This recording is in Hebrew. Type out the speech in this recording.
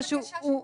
בגלל שהוא בכלל,